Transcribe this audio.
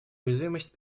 уязвимость